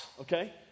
okay